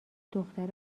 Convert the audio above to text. دختر